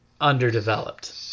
underdeveloped